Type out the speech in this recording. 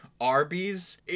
Arby's